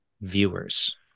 viewers